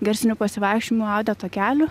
garsinių pasivaikščiojimų audio takelių